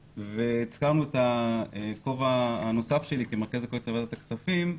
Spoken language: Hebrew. הזכרנו את הכובע הנוסף שלי כמרכז הקואליציה בוועדת הכספים.